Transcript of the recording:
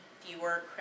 fewer